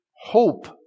hope